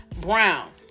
brown